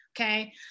okay